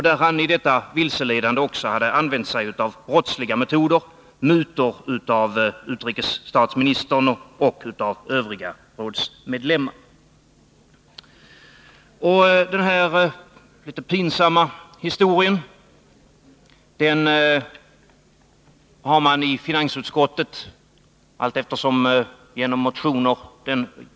I detta vilseledande hade han också använt sig av brottsliga metoder, nämligen mutor till utrikesstatsministern och övriga rådsmedlemmar. Denna litet pinsamma historia har år efter år aktualiserats i motioner.